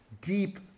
deep